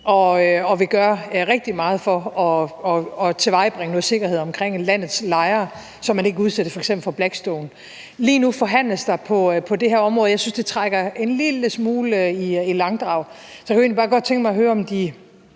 og vil gøre rigtig meget for at tilvejebringe noget sikkerhed for landets lejere, så man f.eks. ikke udsættes for Blackstone. Lige nu forhandles der på det her område. Jeg synes, det trækker en lille smule i langdrag, så jeg kunne egentlig bare godt tænke mig at høre, om De